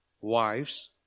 Wives